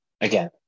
Again